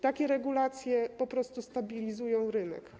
Takie regulacje po prostu stabilizują rynek.